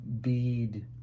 bead